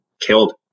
killed